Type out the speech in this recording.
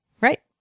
right